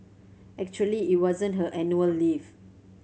actually it wasn't her annual leave